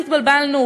התבלבלנו,